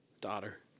daughter